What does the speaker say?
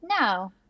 no